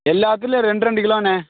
எல்லாத்திலேயும் ரெண்டு ரெண்டு கிலோண்ணே